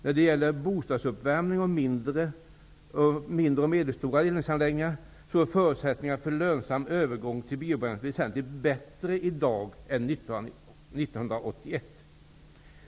När det gäller bostadsuppvärmning och mindre och medelstora värmeanläggningar är förutsättningarna för lönsam övergång till biobränsle väsentligt bättre i dag är 1981.